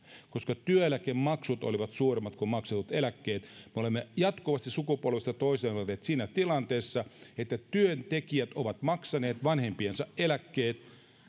koska työeläkemaksut olivat suuremmat kuin maksetut eläkkeet me olemme jatkuvasti sukupolvesta toiseen olleet siinä tilanteessa että työntekijät ovat maksaneet vanhempiensa eläkkeet